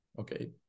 Okay